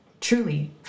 Truly